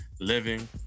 living